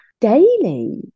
daily